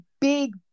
big